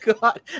God